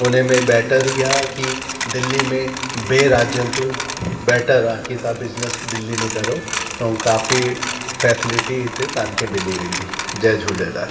उन में बैटर ई आहे की दिल्ली में ॿिए राज्यनि तू बैटर आहे की तव्हां बिजिनस दिल्ली में करो ऐं काफ़ी फैसिलिटी तव्हांखे हिते मिली वेंदी जय झूलेलाल